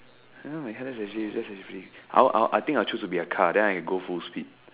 I would I I think I will choose to be a car then I can go full speed